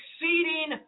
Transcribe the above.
exceeding